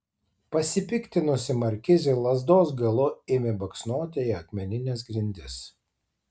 pasipiktinusi markizė lazdos galu ėmė baksnoti į akmenines grindis